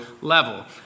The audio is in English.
level